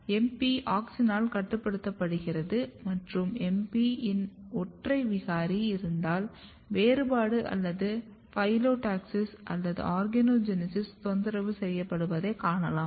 MP ஆக்ஸினால் கட்டுப்படுத்தப்படுகிறது மற்றும் MP இன் ஒற்றை விகாரி இருந்தால் வேறுபாடு அல்லது பைலோடாக்சிஸ் அல்லது ஆர்கனோஜெனெஸிஸ் தொந்தரவு செய்யப்படுவதைக் காணலாம்